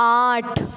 आठ